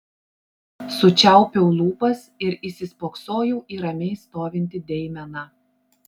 sučiaupiau lūpas ir įsispoksojau į ramiai stovintį deimeną